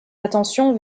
attention